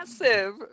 massive